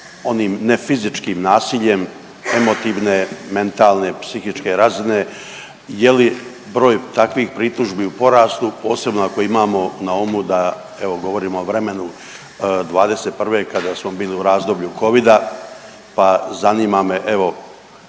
onim ne fizičkim nasiljem emotivne, mentalne, psihičke razine. Je li broj takvih pritužbi u porastu posebno ako imamo na umu da evo govorimo o vremenu '21. kada smo bili u razdoblju Covida, pa zanima me evo